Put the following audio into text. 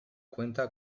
cuenta